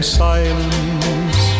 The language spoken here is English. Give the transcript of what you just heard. silence